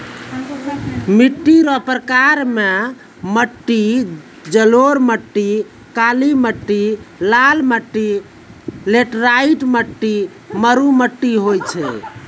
मिट्टी रो प्रकार मे मट्टी जड़ोल मट्टी, काली मट्टी, लाल मट्टी, लैटराईट मट्टी, मरु मट्टी होय छै